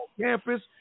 campus